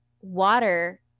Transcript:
water